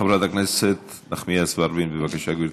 חברת הכנסת נחמיאס ורבין, בבקשה, גברתי.